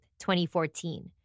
2014